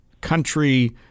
country